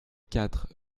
quatre